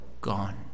gone